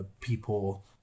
people